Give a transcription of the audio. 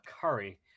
curry